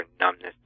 numbness